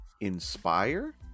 Inspire